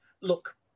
look